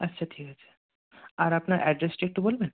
আচ্ছা ঠিক আছে আর আপনার অ্যাড্রেসটা একটু বলবেন